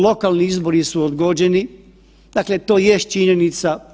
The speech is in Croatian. Lokalni izbori su odgođeni, dakle to jest činjenica.